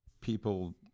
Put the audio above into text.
people